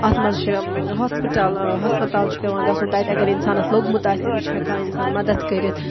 اَتھ منٛز چھِ ہاسپِٹل ہسپتال چھِ پٮ۪وان گَژھُن تَتہِ اگر اِنسانَس لوٚگمُت آسہِ تٔمِس چھِ ہٮ۪کان اِنسان مدتھ کٔرِتھ